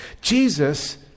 Jesus